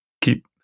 keep